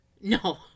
no